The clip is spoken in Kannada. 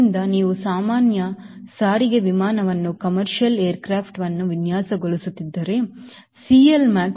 ಆದ್ದರಿಂದ ನೀವು ಸಾಮಾನ್ಯ ಸಾರಿಗೆ ವಿಮಾನವನ್ನು ವಿನ್ಯಾಸಗೊಳಿಸುತ್ತಿದ್ದರೆ CLmax ಸುಮಾರು 2